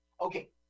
okay